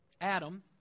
Adam